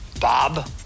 Bob